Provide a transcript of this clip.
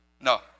No